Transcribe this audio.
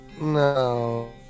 No